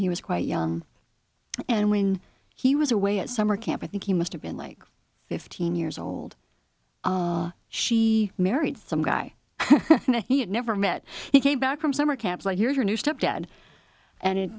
he was quite young and when he was away at summer camp i think he must have been like fifteen years old she married some guy he had never met he came back from summer camp like here's her new stepdad and it